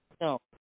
No